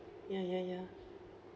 ya ya ya